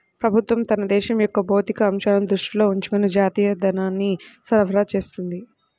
ప్రభుత్వం తన దేశం యొక్క భౌతిక అంశాలను దృష్టిలో ఉంచుకొని జాతీయ ధనాన్ని సరఫరా చేస్తుంది